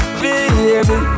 baby